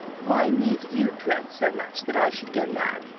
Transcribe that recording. why need you dread so much that i should go mad?